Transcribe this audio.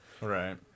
Right